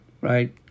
right